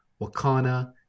wakana